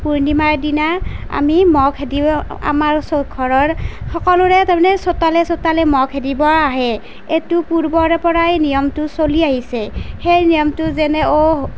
পূৰ্ণিমাৰ দিনা আমি মহ খেদিব আমাৰ ঘৰৰ সকলোৰে তাৰ মানে চোতালে চোতালে মহ খেদিব আহে এইটো পূৰ্বৰ পৰাই নিয়মটো চলি আহিছে সেই নিয়মটো যেনে অ'